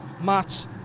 Matt